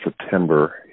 September